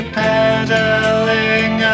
pedaling